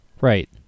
Right